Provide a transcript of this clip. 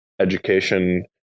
education